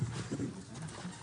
13:51.